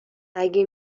اگه